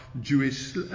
Jewish